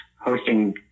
hosting